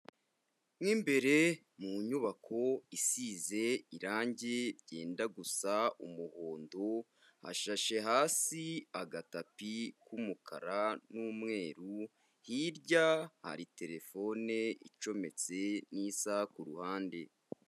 Mu imbere mu nyubako isize irangi ryenda gusa umuhondo, hashashe hasi agatapi k'umukara n'umweru, hirya hari terefone icometse n'isaha ku ruhande.